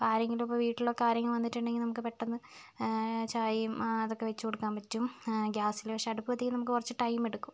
ഇപ്പോൾ ആരെങ്കിലും ഇപ്പോൾ വീട്ടിലൊക്കെ ആരെങ്കിലും വന്നിട്ടുണ്ടെങ്കിൽ പെട്ടെന്ന് ചായയും അതൊക്കെ വെച്ചു കൊടുക്കാൻ പറ്റും ഗ്യാസിൽ പക്ഷേ അടുപ്പ് കത്തിക്കാൻ കുറച്ച് ടൈം എടുക്കും